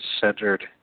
centered